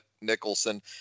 Nicholson